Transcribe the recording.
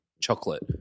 chocolate